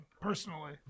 personally